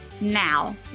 Now